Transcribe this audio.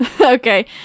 Okay